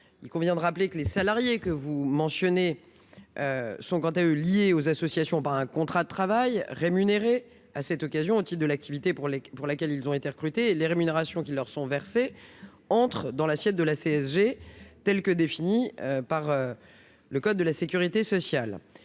libre et gratuite, les salariés que vous mentionnez sont quant à eux, rappelons-le, liés aux associations par un contrat de travail. Ils sont rémunérés au titre de l'activité pour laquelle ils ont été recrutés. Les rémunérations qui leur sont versées entrent dans l'assiette de la CSG telle que définie par le code de la sécurité sociale.